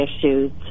issues